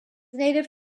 native